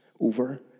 over